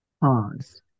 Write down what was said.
pause